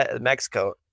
Mexico